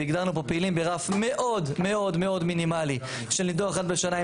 והגדרנו פה פעילים ברף מאוד מאוד מינימלי של ניתוח אחד בשנה,